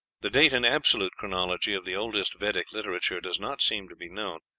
the date in absolute chronology of the oldest vedic literature does not seem to be known.